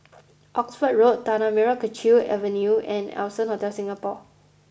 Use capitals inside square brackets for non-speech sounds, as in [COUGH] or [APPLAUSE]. [NOISE] Oxford Road Tanah Merah Kechil Avenue and Allson Hotel Singapore